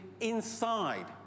inside